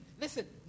listen